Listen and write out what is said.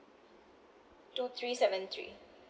two three seven three